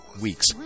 weeks